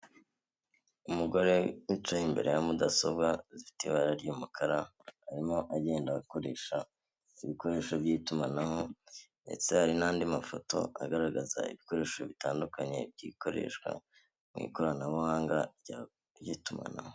Umugore wicaye imbere ya mudasobwa zifite ibara ry'umukara, arimo agenda akoresha ibikoresho by'itumanaho ndetse hari n'andi mafoto agaragaza ibikoresho bitandukanye by'ikoreshwa mu ikoranabuhanga ry'itumanaho.